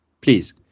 Please